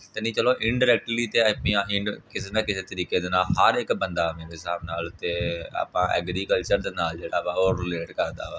ਤਾਂ ਨਹੀਂ ਚਲੋ ਇੰਡਰੈਕਟਲੀ ਤਾਂ ਆ ਪ ਕਿਸੇ ਨਾ ਕਿਸੇ ਤਰੀਕੇ ਦੇ ਨਾਲ ਹਰ ਇੱਕ ਬੰਦਾ ਮੇਰੇ ਹਿਸਾਬ ਨਾਲ ਤਾਂ ਆਪਾਂ ਐਗਰੀਕਲਚਰ ਦੇ ਨਾਲ ਜਿਹੜਾ ਵਾ ਉਹ ਰਿਲੇਟ ਕਰਦਾ ਵਾ